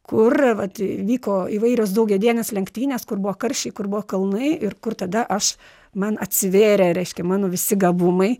kur vat vyko įvairios daugiadienės lenktynės kur buvo karščiai kur buvo kalnai ir kur tada aš man atsivėrė reiškia mano visi gabumai